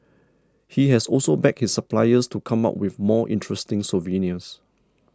he has also begged his suppliers to come up with more interesting souvenirs